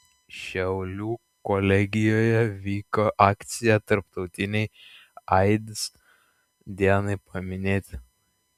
šiaulių kolegijoje vyko akcija tarptautinei aids dienai paminėti